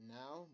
now